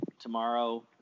Tomorrow